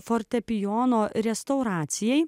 fortepijono restauracijai